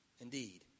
Indeed